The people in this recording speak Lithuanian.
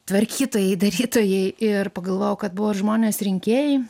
tvarkytojai darytojai ir pagalvojau kad buvo žmonės rinkėjai